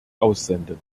aussenden